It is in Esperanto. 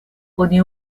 oni